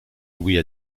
louis